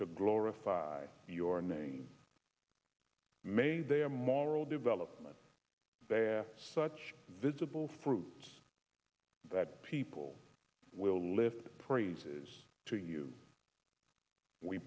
to glorify your name may their moral development bear such visible fruits that people will lift praises to you we